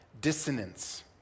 dissonance